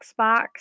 xbox